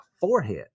forehead